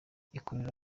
ikorera